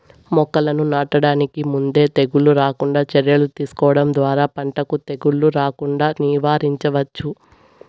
మొక్కలను నాటడానికి ముందే తెగుళ్ళు రాకుండా చర్యలు తీసుకోవడం ద్వారా పంటకు తెగులు రాకుండా నివారించవచ్చు